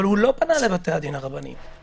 אבל הוא לא פנה לבתי הדין הרבניים.